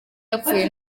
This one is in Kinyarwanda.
yapfuye